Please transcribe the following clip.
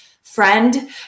friend